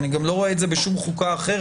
אני גם לא רואה את זה בשום חוקה אחרת.